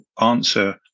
answer